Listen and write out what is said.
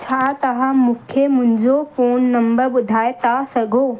छा तव्हां मूंखे मुंहिंजो फोन नंबर ॿुधाइ था सघो